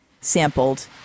sampled